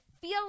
feel